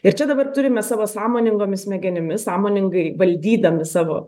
ir čia dabar turime savo sąmoningomis smegenimis sąmoningai valdydami savo